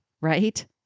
right